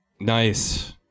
Nice